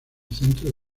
centro